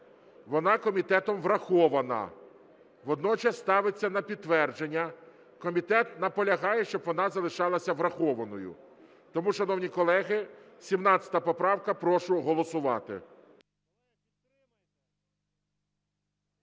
вона комітетом врахована, водночас ставиться на підтвердження. Комітет наполягає, щоб вона залишалася врахованою. Тому, шановні колеги, 17 поправка. Прошу голосувати.